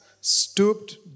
stooped